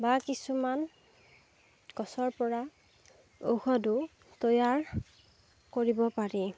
বা কিছুমান গছৰ পৰা ঔষধো তৈয়াৰ কৰিব পাৰি